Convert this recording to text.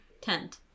tent